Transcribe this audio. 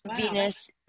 Venus